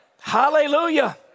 Hallelujah